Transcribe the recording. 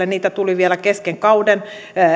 niitä tuli vielä kesken kauden